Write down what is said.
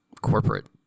corporate